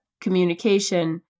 Communication